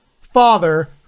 father